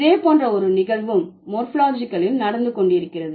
இதே போன்ற ஒரு நிகழ்வும் மோர்பாலஜிகல் நடந்து கொண்டிருக்கிறது